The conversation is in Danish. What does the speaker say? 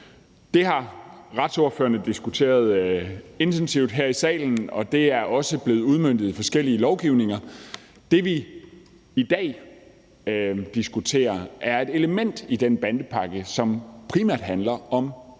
Det har retsordførerne diskuteret intensivt her i salen, og det er også blevet udmøntet i forskellige love. Det, vi i dag diskuterer, er et element i den bandepakke, som primært handler om